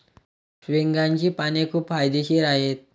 शेवग्याची पाने खूप फायदेशीर आहेत